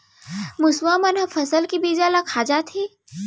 मुसवा मन ह फसल के बीजा ल खा जाथे